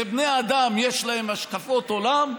ובני אדם, יש להם השקפות עולם,